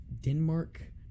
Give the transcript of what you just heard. Denmark